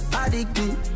addicted